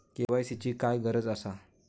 KYC ची काय गरज आसा?